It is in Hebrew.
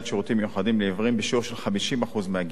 מיוחדים לעיוורים בשיעור של 50% מהגמלה.